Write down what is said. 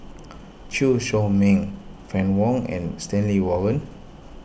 Chew Chor Meng Fann Wong and Stanley Warren